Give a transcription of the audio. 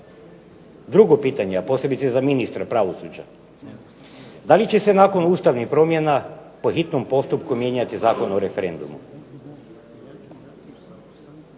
Drugo pitanje, posebice ministra pravosuđa. Da li će se nakon Ustavnih promjena po hitnom postupku mijenjati Zakon o referendumu?